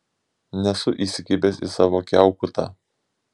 nesu įsikibęs į savo kiaukutą